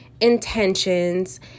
intentions